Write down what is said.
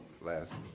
last